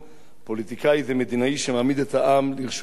פוליטיקאי זה מדינאי שמעמיד את העם לרשות עצמו.